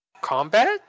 combat